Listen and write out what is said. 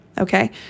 okay